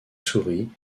souris